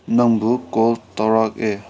ꯅꯪꯕꯨ ꯀꯣꯜ ꯇꯧꯔꯛꯑꯦ